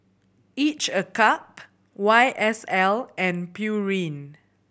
Each a Cup Y S L and Pureen